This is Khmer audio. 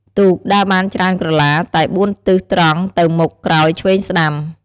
ទូក ដើរបានច្រើនក្រឡា តែ ៤ទិសត្រង់ ទៅមុខ ក្រោយ ឆ្វេង ស្កាំ។